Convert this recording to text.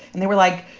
and they were like,